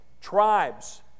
tribes